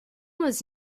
was